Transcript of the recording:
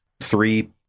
three